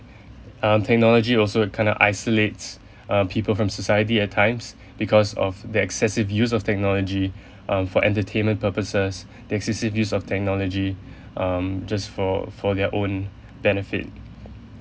um technology also kind of isolates um people from society at times because of the excessive use of technology um for entertainment purposes the excessive use of technology um just for for their own benefit